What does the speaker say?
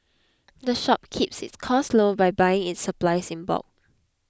the shop keeps its costs low by buying its supplies in bulk